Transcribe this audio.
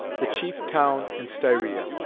the chief town in styria.